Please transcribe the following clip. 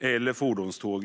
eller fordonståg.